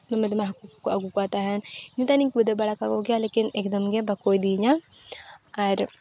ᱫᱚᱢᱮ ᱫᱚᱢᱮ ᱦᱟᱹᱠᱩ ᱠᱚᱠᱚ ᱟᱹᱜᱩ ᱠᱚ ᱛᱟᱦᱮᱱ ᱱᱮᱛᱟᱨ ᱦᱚᱧ ᱠᱷᱩᱫᱟᱹᱣ ᱵᱟᱲᱟ ᱠᱚᱜᱮᱭᱟ ᱞᱮᱠᱤᱱ ᱮᱠᱫᱚᱢᱜᱮ ᱵᱟᱠᱚ ᱤᱫᱤᱭᱧᱟ ᱟᱨ